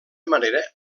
manera